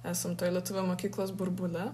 esam toj lietuvių mokyklos burbule